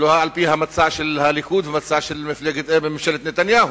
ולא על-פי המצע של הליכוד והמצע של ממשלת נתניהו.